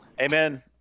Amen